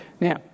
Now